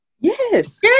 Yes